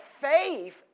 faith